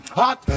hot